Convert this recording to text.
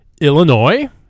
Illinois